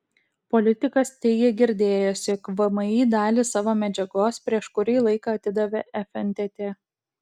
politikas teigė girdėjęs jog vmi dalį savo medžiagos prieš kurį laiką atidavė fntt